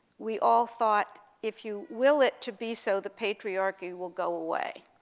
we all thought if you will it to be so, the patriarchy will go away.